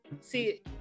See